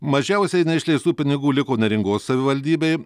mažiausiai neišleistų pinigų liko neringos savivaldybei